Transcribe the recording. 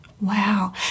Wow